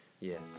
yes